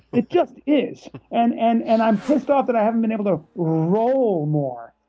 it just is. and and and i'm pissed off that i haven't been able to roll more.